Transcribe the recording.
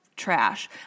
trash